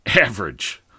average